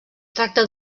tracta